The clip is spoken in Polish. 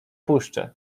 puszczę